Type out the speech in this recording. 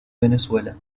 venezuela